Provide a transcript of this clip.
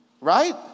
right